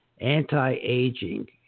anti-aging